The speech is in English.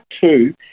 two